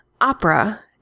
opera